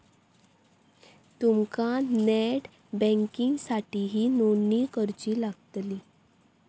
तुमका नेट बँकिंगसाठीही नोंदणी करुची लागतली